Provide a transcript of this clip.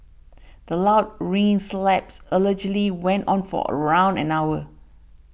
the loud ringing slaps allegedly went on for around an hour